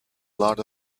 lot